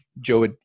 Joe